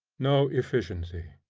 no efficiency.